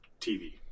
TV